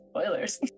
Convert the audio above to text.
Spoilers